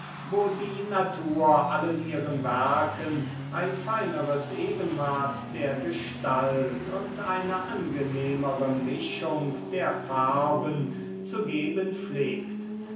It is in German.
wo die natur allen ihren werken ein feineres ebenmaß der gestalt und eine angenehmere mischung der farben zu geben pflegt